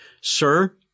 Sir